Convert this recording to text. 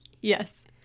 yes